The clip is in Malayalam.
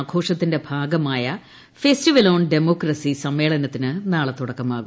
ആഘോഷത്തിന്റെ ഭാഗമായ ഫെസ്റ്റിവെൽ ഓൺ ഡെമോക്രസി സമ്മേളനത്തിന് നാളെ തുടക്കമാകും